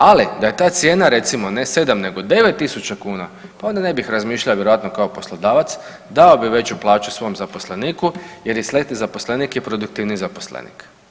Ali da je ta cijena recimo ne sedam nego 9.000 kuna, pa onda ne bih razmišljao vjerojatno kao poslodavac, dao bi veću plaću svom zaposleniku jer je … zaposlenik je produktivniji zaposlenik.